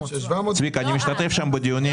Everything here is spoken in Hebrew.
צביקה, אני משתתף שם בדיונים.